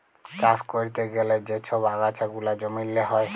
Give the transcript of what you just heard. চাষ ক্যরতে গ্যালে যা ছব আগাছা গুলা জমিল্লে হ্যয়